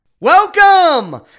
Welcome